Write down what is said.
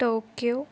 Tokyo